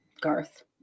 Garth